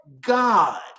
God